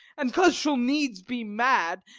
and, cause she ll needs be mad,